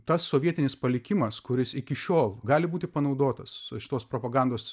tas sovietinis palikimas kuris iki šiol gali būti panaudotas šitos propagandos